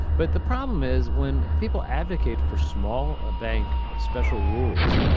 but the problem is when people advocate for small ah bank special rules,